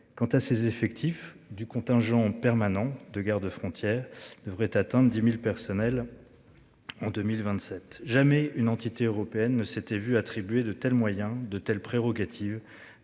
quant à ses effectifs du contingent permanent de garde-frontières devrait atteindre 10.000 personnels. En 2027, jamais une entité européenne ne s'était vu attribuer de tels moyens de telle prérogative